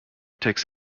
takes